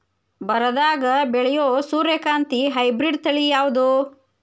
ಬರದಾಗ ಬೆಳೆಯೋ ಸೂರ್ಯಕಾಂತಿ ಹೈಬ್ರಿಡ್ ತಳಿ ಯಾವುದು?